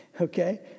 Okay